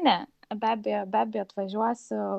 ne be abejo be abejo atvažiuosiu